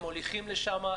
הם מוליכים לשם.